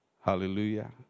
Hallelujah